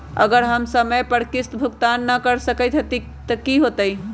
अगर हम समय पर किस्त भुकतान न कर सकवै त की होतै?